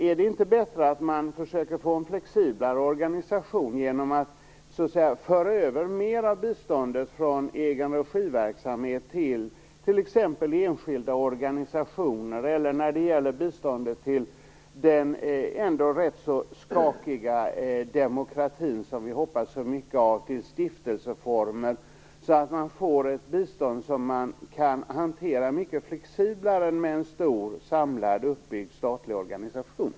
Är det inte bättre att man försöker få en mer flexibel organisation genom att föra över mer av biståndet från verksamhet i egen regi till exempelvis enskilda organisationer eller - när det gäller biståndet till den ändå ganska skakiga demokratin som vi hoppas så mycket av - till stiftelseformer? Då får vi ett bistånd som vi kan hantera mycket mer flexibelt än med en stort uppbyggt, samlad statlig organisation.